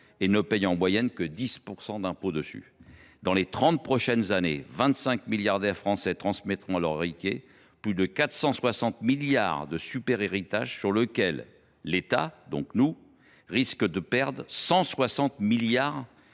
et ne paient en moyenne que 10 % d’impôts dessus. Dans les trente prochaines années, vingt cinq milliardaires français transmettront à leurs héritiers plus de 460 milliards de super héritages, sur lesquels l’État – donc nous – risque de perdre 160 milliards